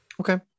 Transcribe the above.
Okay